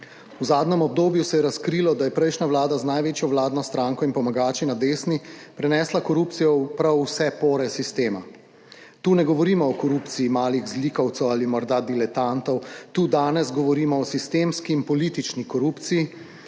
V zadnjem obdobju se je razkrilo, da je prejšnja vlada z največjo vladno stranko in pomagači na desni prenesla korupcijo v prav vse pore sistema. Tu ne govorimo o korupciji malih zlikovcev ali morda diletantov. Tu danes govorimo o sistemski in politični korupciji,